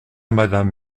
madame